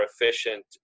efficient